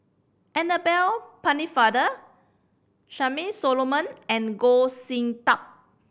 Annabel Pennefather Charmaine Solomon and Goh Sin Tub